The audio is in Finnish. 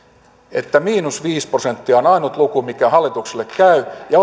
että miinus viisi prosenttia on ainut luku mikä hallitukselle käy ja